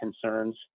concerns